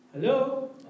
Hello